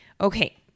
Okay